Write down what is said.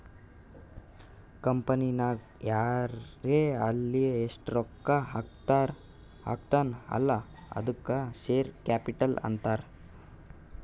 ಕಂಪನಿನಾಗ್ ಯಾರೇ ಆಲ್ಲಿ ಎಸ್ಟ್ ರೊಕ್ಕಾ ಹಾಕ್ತಾನ ಅಲ್ಲಾ ಅದ್ದುಕ ಶೇರ್ ಕ್ಯಾಪಿಟಲ್ ಅಂತಾರ್